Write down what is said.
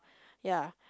ya